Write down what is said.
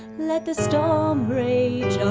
let the storm rage